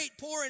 poor